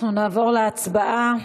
אנחנו נעבור להצבעה.